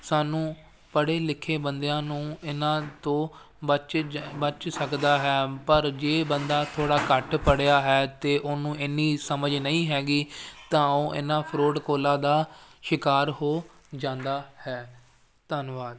ਸਾਨੂੰ ਪੜ੍ਹੇ ਲਿਖੇ ਬੰਦਿਆਂ ਨੂੰ ਇਹਨਾਂ ਤੋਂ ਬਚ ਬਚ ਸਕਦਾ ਹੈ ਪਰ ਜੇ ਬੰਦਾ ਥੋੜ੍ਹਾ ਘੱਟ ਪੜ੍ਹਿਆ ਹੈ ਅਤੇ ਉਹਨੂੰ ਇੰਨੀ ਸਮਝ ਨਹੀਂ ਹੈਗੀ ਤਾਂ ਉਹ ਇਹਨਾਂ ਫਰੋਡ ਕੋਲਾਂ ਦਾ ਸ਼ਿਕਾਰ ਹੋ ਜਾਂਦਾ ਹੈ ਧੰਨਵਾਦ